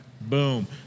Boom